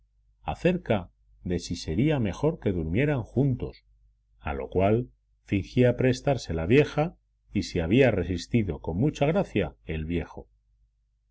acerca de si sería mejor que durmieran juntos a lo cual fingía prestarse la vieja y se había resistido con mucha gracia el viejo